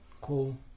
Cool